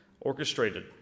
orchestrated